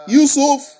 Yusuf